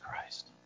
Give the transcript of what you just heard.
Christ